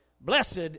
blessed